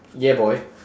yeah boy